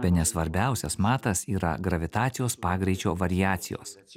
bene svarbiausias matas yra gravitacijos pagreičio variacijos